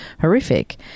horrific